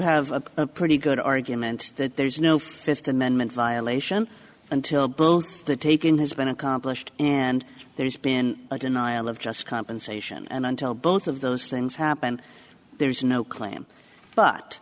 have a pretty good argument that there's no fifth amendment violation until both the taking has been accomplished and there's been a denial of just compensation and until both of those things happen there's no claim but